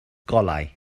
golau